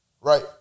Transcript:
Right